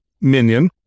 minion